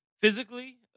physically